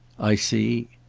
i see.